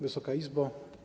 Wysoka Izbo!